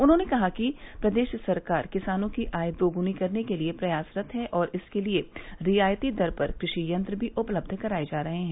उन्होंने कहा कि प्रदेश सरकार किसानों की आय दोगुनी करने के लिए प्रयासरत है और इसके लिए रियायती दर पर कृषि यन्त्र भी उपलब्ध कराए जा रहे हैं